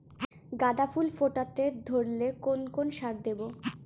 গাদা ফুল ফুটতে ধরলে কোন কোন সার দেব?